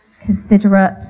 considerate